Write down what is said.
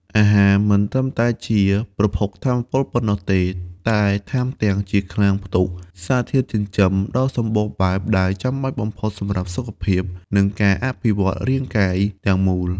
អាហារមិនត្រឹមតែជាប្រភពថាមពលប៉ុណ្ណោះទេ តែថែមទាំងជាឃ្លាំងផ្ទុក សារធាតុចិញ្ចឹម ដ៏សម្បូរបែបដែលចាំបាច់បំផុតសម្រាប់សុខភាព និងការអភិវឌ្ឍរាងកាយទាំងមូល។